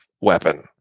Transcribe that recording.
weapon